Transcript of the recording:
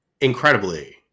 Incredibly